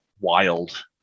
wild